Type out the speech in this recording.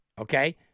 okay